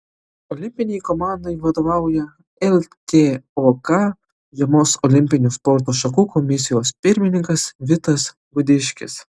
olimpinei komandai vadovauja ltok žiemos olimpinių sporto šakų komisijos pirmininkas vitas gudiškis